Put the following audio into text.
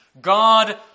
God